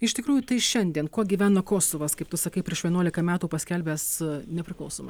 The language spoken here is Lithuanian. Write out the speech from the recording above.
iš tikrųjų tai šiandien kuo gyvena kosovas kaip tu sakai prieš vienuolika metų paskelbęs nepriklausoma